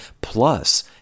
plus